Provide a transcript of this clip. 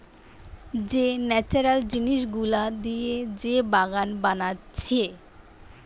সব ন্যাচারাল জিনিস গুলা দিয়ে যে বাগান বানাচ্ছে